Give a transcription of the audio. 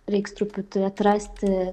reiks truputį atrasti